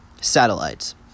satellites